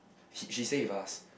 he she stay with us